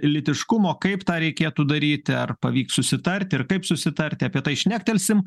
lytiškumo kaip tą reikėtų daryti ar pavyks susitarti ir kaip susitarti apie tai šnektelsim